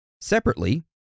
Separately